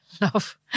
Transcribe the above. love